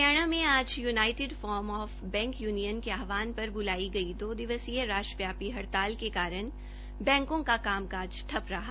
हरियाणा में आज united forum of bank union के आहवान पर ब्लाई गड्र दो दिवसीय राष्ट्र व्यापी हड़ताल के कारण बैंको का कामकाज ठप्प रहा